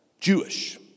Jewish